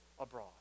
abroad